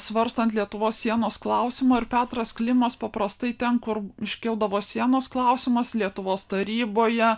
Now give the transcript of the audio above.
svarstant lietuvos sienos klausimą ir petras klimas paprastai ten kur iškildavo sienos klausimas lietuvos taryboje